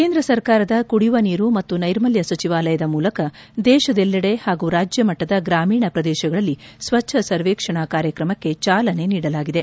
ಕೇಂದ್ರ ಸರ್ಕಾರದ ಕುಡಿಯುವ ನೀರು ಮತ್ತು ನೈರ್ಮಲ್ಯ ಸಚಿವಾಲಯದ ಮೂಲಕ ದೇಶದೆಲ್ಲಡೆ ಹಾಗೂ ರಾಜ್ಯ ಮಟ್ಟದಲ್ಲಿ ಗಾಮೀಣ ಪ್ರದೇಶಗಳಲ್ಲಿ ಸ್ಪಚ್ದ ಸರ್ವೇಕ್ಷಣಾ ಕಾರ್ಯಕ್ರಮಕ್ಕೆ ಚಾಲನೆ ನೀಡಲಾಗಿದೆ